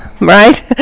right